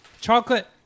chocolate